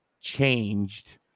changed